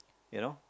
ya lor